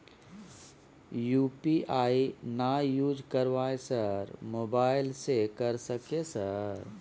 UPI ना use करवाएं sir mobile से कर सके सर?